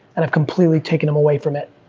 and i've completely taken em away from it,